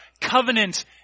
covenant